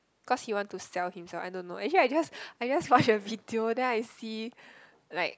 cause he want to sell himself I don't know actually I just I just watch the video then I see like